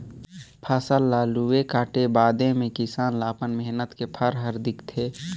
फसल ल लूए काटे बादे मे किसान ल अपन मेहनत के फर हर दिखथे